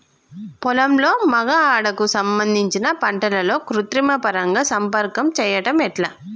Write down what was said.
పొలంలో మగ ఆడ కు సంబంధించిన పంటలలో కృత్రిమ పరంగా సంపర్కం చెయ్యడం ఎట్ల?